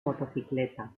motocicleta